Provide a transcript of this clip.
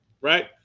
right